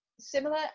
similar